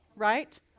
right